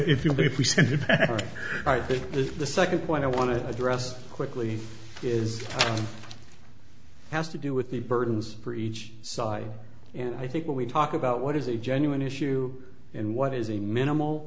right this is the second point i want to address quickly is has to do with the burdens for each side and i think when we talk about what is a genuine issue and what is a minimal